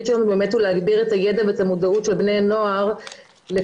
ואת המודעות לבני נוער,